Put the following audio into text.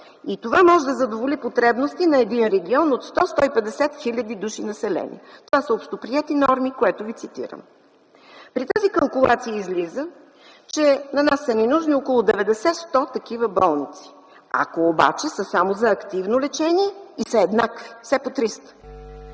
и това може да задоволи потребностите на един регион от 100-150 хиляди души население. Това са общоприети норми, което ви цитирам. При тази калкулация излиза, че на нас са ни нужни около 90-100 такива болници, ако обаче са само за активно лечение и са еднакви – все по 300.